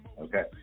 Okay